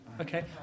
Okay